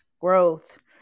growth